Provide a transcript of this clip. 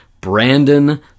Brandon